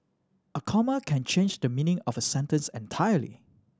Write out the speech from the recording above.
a comma can change the meaning of a sentence entirely